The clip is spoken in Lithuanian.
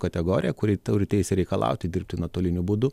kategorija kuri turi teisę reikalauti dirbti nuotoliniu būdu